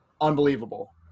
unbelievable